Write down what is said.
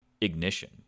ignition